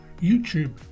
YouTube